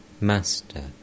Master